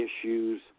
issues